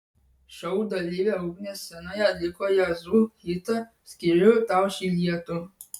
šou dalyvė ugnė scenoje atliko jazzu hitą skiriu tau šį lietų